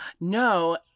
No